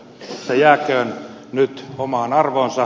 se jääköön nyt omaan arvoonsa